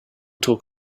talk